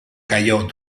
cayó